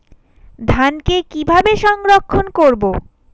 ধানকে কিভাবে সংরক্ষণ করব?